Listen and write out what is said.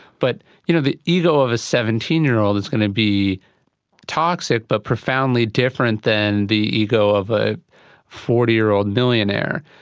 but you know the ego of a seventeen year old is going to be toxic but profoundly different from the ego of a forty year old billionaire.